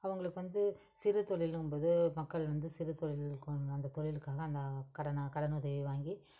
அவங்களுக்கு வந்து சிறுதொழிலுங்கும்போது மக்கள் வந்து சிறுதொழிலுக்கும் அந்த தொழிலுக்காக அந்த கடனாக கடன் உதவி வாங்கி